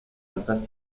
altas